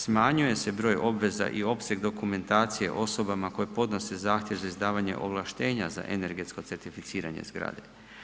Smanjuje se broj obveza i opseg dokumentacije osobama koje podnose zahtjev za izdavanje ovlaštenja za energetsko certificiranje zgrade.